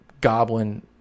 goblin